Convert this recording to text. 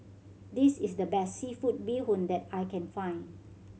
this is the best seafood bee hoon that I can find